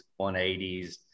180s